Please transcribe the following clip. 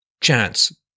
chance